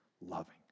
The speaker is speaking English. loving